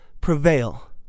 prevail